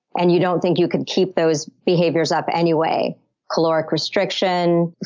and you don't think you could keep those behaviors up anyway caloric restriction,